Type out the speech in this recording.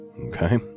Okay